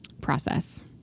process